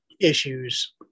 issues